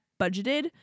budgeted